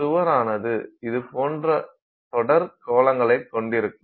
சுவரானது இது போன்ற தொடர் கோளங்களைக் கொண்டிருக்கும்